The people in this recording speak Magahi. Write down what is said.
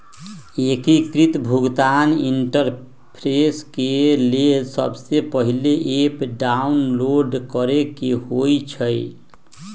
एकीकृत भुगतान इंटरफेस के लेल सबसे पहिले ऐप डाउनलोड करेके होइ छइ